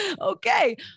okay